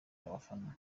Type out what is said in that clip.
abafana